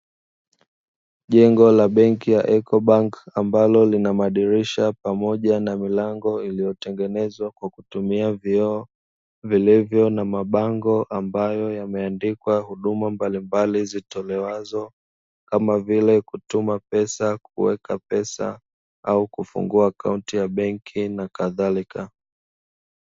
Jengo la benki ya eco bank ambalo lina madirisha pamoja na milango, iliyotengenezwa kwa kutumia vyoo vilivyo na mabango ambayo yameandikwa huduma mbalimbali zitolewazo kama vile kutuma pesa, kuweka pesa au kufungua akaunti ya benki na kadhalika.